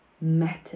matter